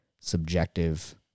subjective